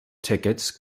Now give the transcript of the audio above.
tickets